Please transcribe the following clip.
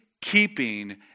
keeping